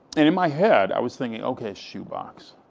and in my head i was thinking, okay, shoebox,